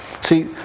See